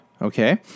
Okay